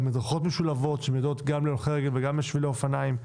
על מדרכות משולבות שמיועדות גם להולכי רגל וגם לשבילי אופניים,